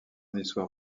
histoire